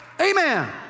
Amen